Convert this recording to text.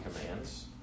commands